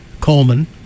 Coleman